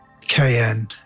KN